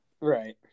right